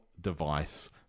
device